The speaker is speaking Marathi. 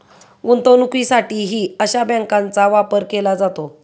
गुंतवणुकीसाठीही अशा बँकांचा वापर केला जातो